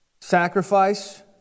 sacrifice